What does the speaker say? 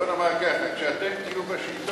בואו נאמר ככה: כשאתם תהיו בשלטון,